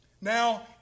Now